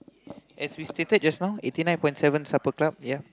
as we stated just now eighty nine point seven Supper Club ya